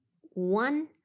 one